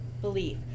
belief